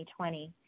2020